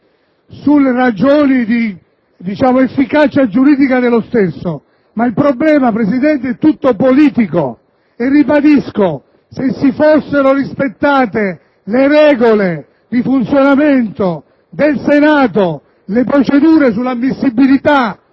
sulle ragioni di efficacia giuridica dello stesso ma il problema è tutto politico e ribadisco che se si fossero rispettate le regole di funzionamento del Senato e le procedure sull'ammissibilità